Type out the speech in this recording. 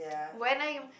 when I